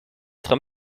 être